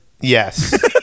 Yes